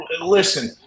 listen